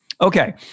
Okay